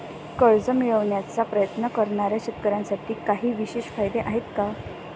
कर्ज मिळवण्याचा प्रयत्न करणाऱ्या शेतकऱ्यांसाठी काही विशेष फायदे आहेत का?